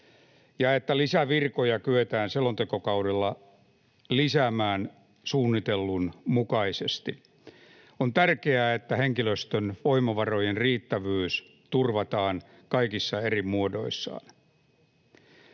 ja että lisää virkoja kyetään selontekokaudella lisäämään suunnitellun mukaisesti. On tärkeää, että henkilöstön voimavarojen riittävyys turvataan kaikissa eri muodoissaan.